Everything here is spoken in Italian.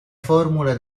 formula